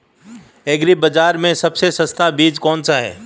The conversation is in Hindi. एग्री बाज़ार में सबसे सस्ता बीज कौनसा है?